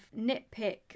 nitpick